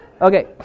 Okay